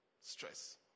stress